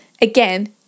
Again